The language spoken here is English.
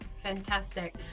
fantastic